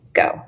go